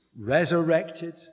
resurrected